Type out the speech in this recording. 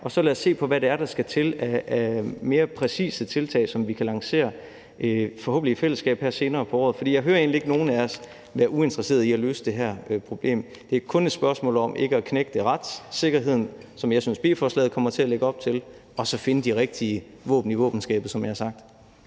og så lad os se på, hvad det er, der skal til af mere præcise tiltag, som vi kan lancere, forhåbentlig i fællesskab, her senere på året. For jeg hører egentlig ikke nogen af os være uinteresseret i at løse det her problem. Det er kun et spørgsmål om ikke at knægte retssikkerheden, som jeg synes beslutningsforslaget kommer til at lægge op til, og så finde de rigtige våben i våbenskabet, som jeg har sagt.